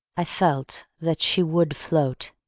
i felt, that she would float.